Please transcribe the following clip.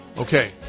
Okay